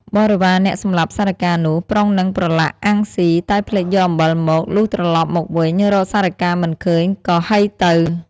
បរិវារអ្នកសម្លាប់សារិកានោះ ប្រុងនឹងប្រឡាក់ អាំងស៊ី តែភ្លេចយកអំបិលមក លុះត្រឡប់មកវិញ រកសារិកាមិនឃើញក៏ហីទៅ ។